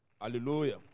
Hallelujah